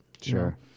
Sure